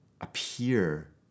appear